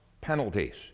penalties